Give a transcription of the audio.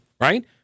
right